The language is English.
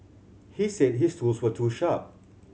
he said his tools were too sharp